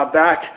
back